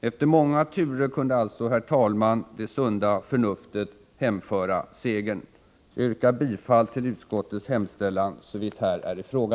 Efter många turer kunde alltså, herr talman, det sunda förnuftet hemföra segern. Jag yrkar bifall till utskottets hemställan, såvitt här är i fråga.